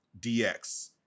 DX